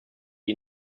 you